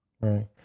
Right